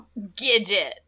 Gidget